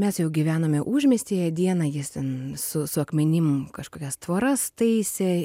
mes jau gyvenome užmiestyje dieną jis ten su su akmenim kažkokias tvoras taisė